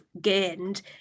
gained